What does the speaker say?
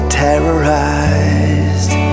terrorized